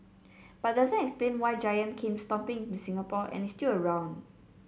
but doesn't explain why Giant came stomping into Singapore and is still around